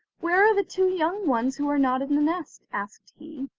where are the two young ones who are not in the nest asked he.